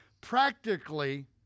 Practically